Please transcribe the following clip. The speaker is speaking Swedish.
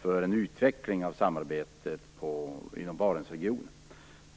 för en utveckling av samarbetet inom Barentsregionen.